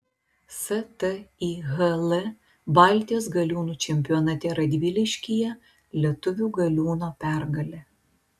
stihl baltijos galiūnų čempionate radviliškyje lietuvių galiūno pergalė